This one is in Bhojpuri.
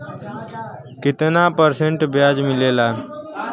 कितना परसेंट ब्याज मिलेला?